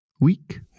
week